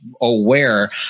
aware